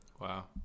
wow